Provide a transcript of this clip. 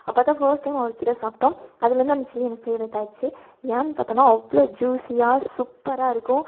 அப்போ தான் first time அவருக்கிட்டே சாப்பிட்டோம் அதிலேருந்து அந்த சில்லி எனக்கு ஃபேவ்ரேட் ஆகிட்ச்சு ஏன் பார்த்தோன்னா அவ்வளோ ஜூஸியாக சூப்பராக இருக்கும்